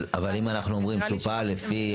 אבל אם אנחנו אומרים שהוא פעל לפי,